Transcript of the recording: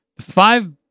Five